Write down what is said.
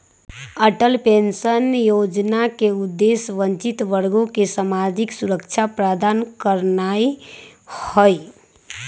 Atal pension जोजना के उद्देश्य वंचित वर्गों के सामाजिक सुरक्षा प्रदान करनाइ हइ